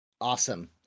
awesome